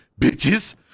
bitches